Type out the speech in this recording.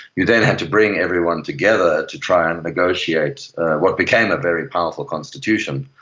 you then had to bring everyone together to try and negotiate what became a very powerful constitution,